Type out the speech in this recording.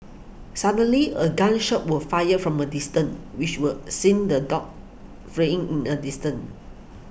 suddenly a gun shot were fired from a distance which were sent the dogs fleeing in an distant